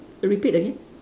repeat again